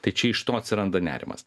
tai čia iš to atsiranda nerimas